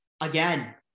again